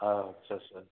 आदसा सा